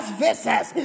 visas